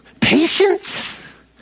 patience